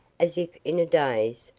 as if in a daze,